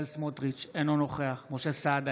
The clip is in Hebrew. אינו נוכח משה סעדה,